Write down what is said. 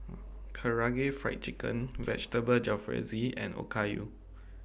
Karaage Fried Chicken Vegetable Jalfrezi and Okayu